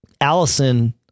Allison